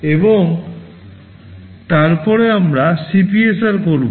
এবং তারপরে আমরা CPSR করব